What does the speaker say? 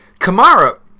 Kamara –